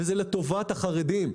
וזה לטובת החרדים,